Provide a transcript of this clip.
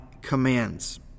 commands